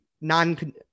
non